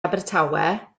abertawe